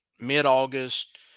mid-august